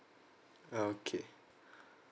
okay